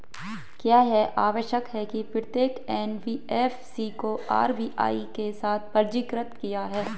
क्या यह आवश्यक है कि प्रत्येक एन.बी.एफ.सी को आर.बी.आई के साथ पंजीकृत किया जाए?